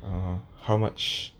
oh how much